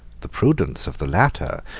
the prudence of the latter,